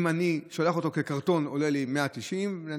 אם אני שולח אותו כקרטון זה עולה לי 190 נניח,